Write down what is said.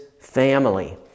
family